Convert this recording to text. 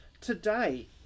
today